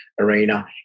arena